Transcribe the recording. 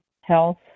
health